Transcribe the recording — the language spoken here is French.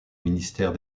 ministère